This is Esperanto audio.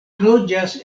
loĝas